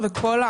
קיבלתי תשובה.